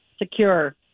secure